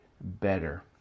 better